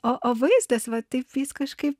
o vaizdas va taip vis kažkaip